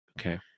Okay